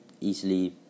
easily